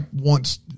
wants